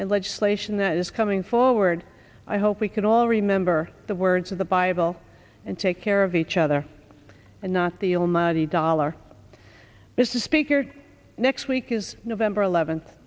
and legislation that is coming forward i hope we can all remember the words of the bible and take care of each other and not the almighty dollar this is speaker next week is november eleventh